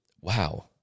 wow